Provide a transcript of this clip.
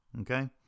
Okay